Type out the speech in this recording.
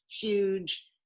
huge